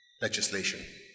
legislation